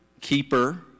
keeper